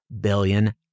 billion